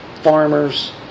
farmers